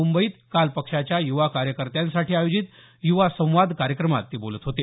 मुंबईत मुंबईत काल पक्षाच्या युवा कार्यकत्याँसाठी आयोजित युवा संवाद कार्यक्रमात ते बोलत होते